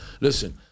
listen